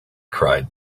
cried